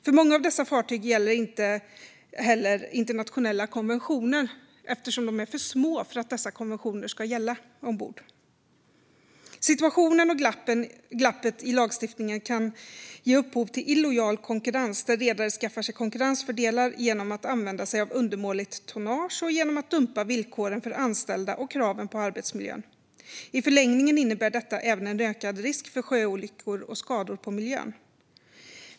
För många av dessa fartyg gäller inte heller internationella konventioner, eftersom de är för små för att dessa konventioner ska gälla ombord. Situationen och glappet i lagstiftningen kan ge upphov till illojal konkurrens, där redare skaffar sig konkurrensfördelar genom att använda sig av undermåligt tonnage och genom att dumpa villkoren för anställda och kraven på arbetsmiljön. I förlängningen innebär detta även en ökad risk för sjöolyckor och skador på miljön.